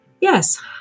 Yes